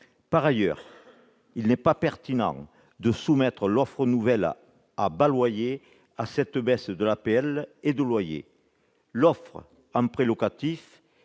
Par ailleurs, il n'est pas pertinent de soumettre l'offre nouvelle à bas loyer à cette baisse de l'APL et à cette RLS. L'offre en prêts locatifs